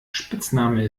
spitzname